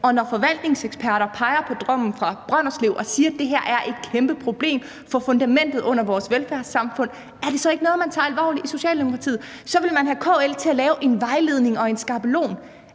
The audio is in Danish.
Og når forvaltningseksperter peger på dommen fra Brønderslev og siger, at det her er et kæmpe problem for fundamentet under vores velfærdssamfund, er det så ikke noget, man tager alvorligt i Socialdemokratiet? Så vil man have KL til at lave en vejledning og en skabelon.